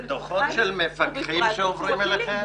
זה דוחות של מפקחים שעוברים אליכם?